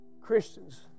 Christians